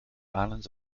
island